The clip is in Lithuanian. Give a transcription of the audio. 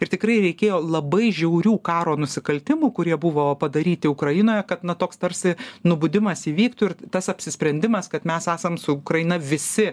ir tikrai reikėjo labai žiaurių karo nusikaltimų kurie buvo padaryti ukrainoje kad na toks tarsi nubudimas įvyktų ir tas apsisprendimas kad mes esam su ukraina visi